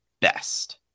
best